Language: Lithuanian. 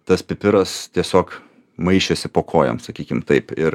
tas pipiras tiesiog maišėsi po kojom sakykim taip ir